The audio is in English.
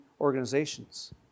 organizations